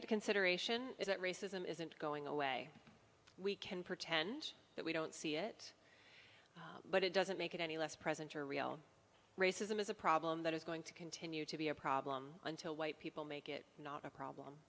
consideration is that racism isn't going away we can pretend that we don't see it but it doesn't make it any less present or real racism is a problem that is going to continue to be a problem until white people make it not a problem